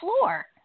floor